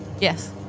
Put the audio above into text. Yes